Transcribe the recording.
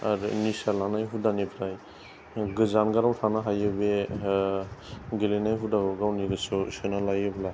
आरो निसा हुदानिफ्राय जानगाराव थानो हायो बे गेलेनाय हुदाखौ गावनि गोसोआव सोना लायोब्ला